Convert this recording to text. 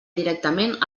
directament